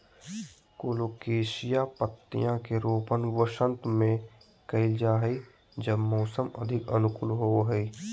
colocasia पत्तियां के रोपण वसंत में कइल जा हइ जब मौसम अधिक अनुकूल होबो हइ